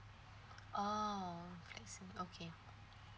oh I see okay